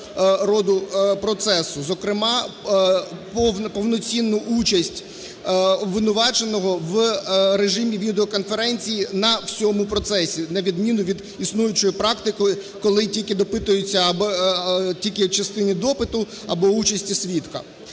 роду процесу. зокрема повноцінну участь обвинуваченого в режимі відео-конференції на всьому процесі, на відміну від існуючої практики, коли тільки допитується або тільки в частині допиту, або участі свідка.